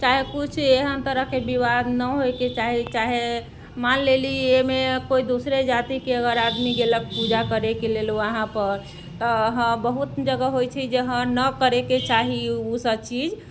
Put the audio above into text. चाहे किछु एहन तरहके विवाद नहि होयके चाही चाहे मान लेली एहिमे कोइ दूसरे जातिके अगर आदमी गेलक पूजा करैके लेल वहाँ पर तऽ हम बहुत जगह होइत छै जे हँ नहि करेके चाही ओ सब चीज